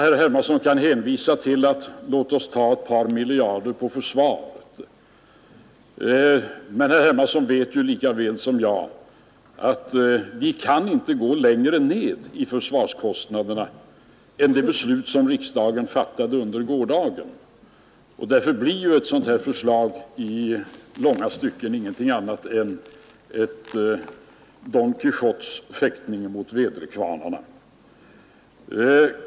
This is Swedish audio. Herr Hermansson kunde hänvisa till att vi kan ta ett par miljarder på försvarskostnaderna. Men herr Hermansson vet lika väl som jag att vi inte kan gå längre ned i försvarskostnaderna än enligt det beslut som riksdagen fattade under gårdagen. Därför blir ett sådant här förslag i långa stycken ingenting annat än en Don Quijotes fäktning mot väderkvarnarna.